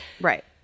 Right